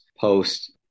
post